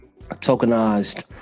tokenized